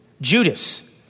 Judas